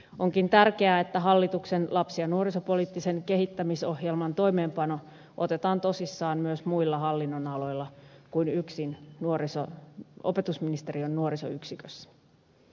onkin tärkeää että hallituksen lapsi ja nuorisopoliittisen kehittämisohjelman toimeenpano otetaan tosissaan myös muilla hallinnonaloilla kuin yksin opetusministeriön nuorisoyksikössä